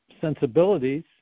sensibilities